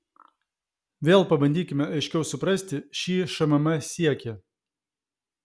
vėl pabandykime aiškiau suprasti šį šmm siekį